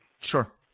Sure